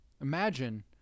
Imagine